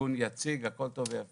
ארגון יציג, הכל טוב ויפה,